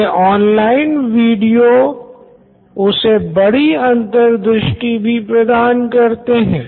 ये online video उसे बड़ी अंतर्दृष्टि भी प्रदान करते हैं